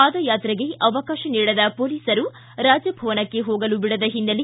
ಪಾದಯಾತ್ರೆಗೆ ಅವಕಾತ ನೀಡದ ಪೊಲೀಸರು ರಾಜಭವನಕ್ಕೆ ಹೋಗಲು ಬಿಡದ ಹಿನ್ನೆಲೆ